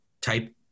type